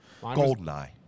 Goldeneye